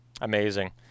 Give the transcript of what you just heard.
amazing